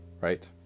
Right